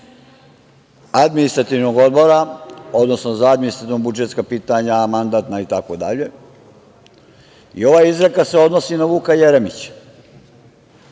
Administrativnog odbora, odnosno Odbora za administrativno-budžetska pitanja, mandatna itd. i ova izreka se odnosi na Vuka Jeremića